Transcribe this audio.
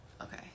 Okay